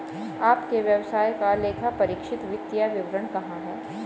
आपके व्यवसाय का लेखापरीक्षित वित्तीय विवरण कहाँ है?